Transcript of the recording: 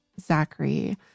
Zachary